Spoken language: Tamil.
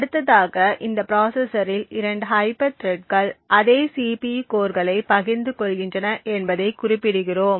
அடுத்ததாக இந்த ப்ராசசரில் 2 ஹைப்பர் த்ரெட்கள் அதே CPU கோர்களை பகிர்ந்து கொள்கின்றன என்பதை குறிப்பிடுகிறோம்